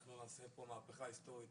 אנחנו נעשה פה מהפכה היסטורית